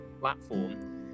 platform